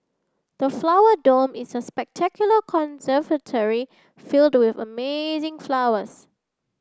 the Flower Dome is a spectacular conservatory filled with amazing flowers